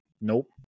nope